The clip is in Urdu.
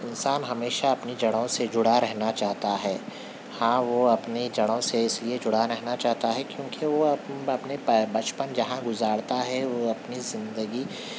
انسان ہمیشہ اپنی جڑوں سے جڑا رہنا چاہتا ہے ہاں وہ اپنی جڑوں سے اس لئے جڑا رہنا چاہتا ہے کیونکہ وہ اپنے بچپن جہاں گزارتا ہے وہ اپنی زندگی